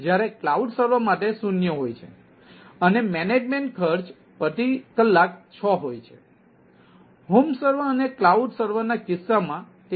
જ્યારે cloud server માટે શૂન્ય હોય છે અને મેનેજમેન્ટ ખર્ચ પ્રતિ કલાક 6 હોય છે હોમ સર્વર અને ક્લાઉડ સર્વરના કિસ્સામાં તે 1 છે